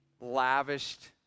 lavished